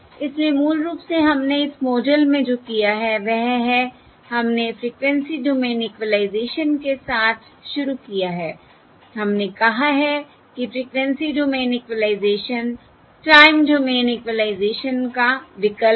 इसलिए मूल रूप से हमने इस मॉडल में जो किया है वह है हमने फ़्रीक्वेंसी डोमेन इक्वलाइज़ेशन के साथ शुरू किया है हमने कहा है कि frequency domain equalization time domain equalization का विकल्प है